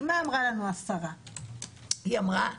השרה אמרה: